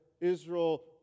Israel